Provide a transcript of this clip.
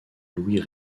louis